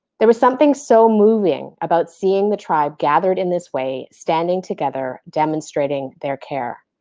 there was something so moving about seeing the tribe gathered in this way standing together demonstrating their care.